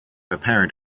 apparent